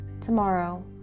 tomorrow